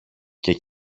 και